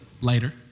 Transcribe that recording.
later